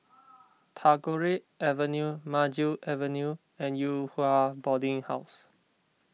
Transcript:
Tagore Avenue Maju Avenue and Yew Hua Boarding House